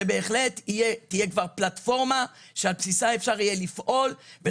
שבהחלט תהיה כבר פלטפורמה שאפשר יהיה לפעול על בסיסה